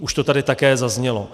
Už to tady také zaznělo.